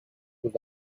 with